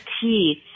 teeth